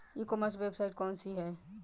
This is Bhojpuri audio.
ई कॉमर्स वेबसाइट कौन सी है?